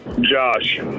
Josh